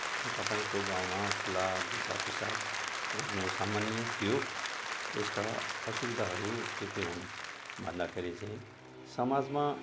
के तपाईँको गाउँमा खुला दिसा पिसाब गर्नु सामान्य थियो यसका असुविधाहरू के के हुन् भन्दाखेरि चाहिँ समाजमा